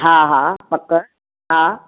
हा हा पक हा